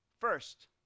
first